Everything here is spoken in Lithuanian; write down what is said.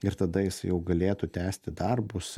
ir tada jis jau galėtų tęsti darbus